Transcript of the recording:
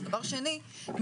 בשביל שכולנו נשב פה,